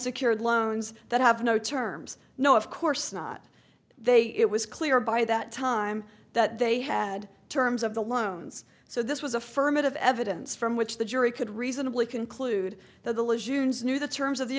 secured loans that have no terms no of course not they it was clear by that time that they had terms of the loans so this was affirmative evidence from which the jury could reasonably conclude that the issues knew the terms of the